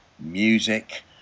music